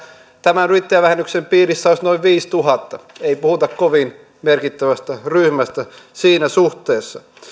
tämän yrittäjävähennyksen piirissä olisi noin viisituhatta ei puhuta kovin merkittävästä ryhmästä siinä suhteessa